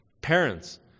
parents